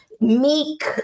meek